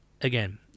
again